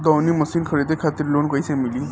दऊनी मशीन खरीदे खातिर लोन कइसे मिली?